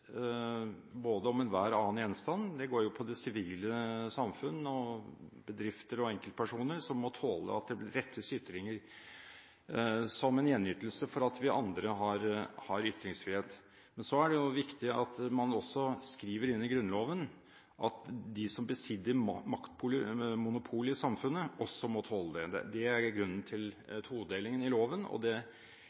både om statsstyrelsen og enhver annen gjenstand, går jo på det sivile samfunn og bedrifter og enkeltpersoner som må tåle at det rettes ytringer, som en gjenytelse for at vi andre har ytringsfrihet. Det er viktig at man også skriver inn i Grunnloven at de som besitter maktmonopolet i samfunnet, også må tåle det. Det er grunnen til todelingen i loven, og